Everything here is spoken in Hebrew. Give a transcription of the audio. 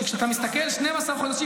שכשאתה מסתכל 12 חודשים,